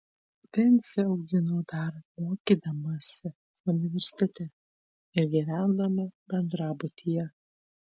vincę auginau dar mokydamasi universitete ir gyvendama bendrabutyje